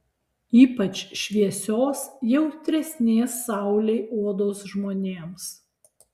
ypač šviesios jautresnės saulei odos žmonėms